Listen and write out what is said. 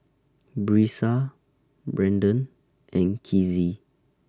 Brisa Brandan and Kizzy